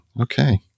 Okay